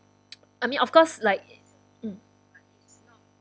I mean of course like it mm